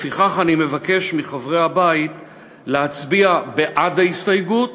לפיכך אני מבקש מחברי הבית להצביע בעד ההסתייגות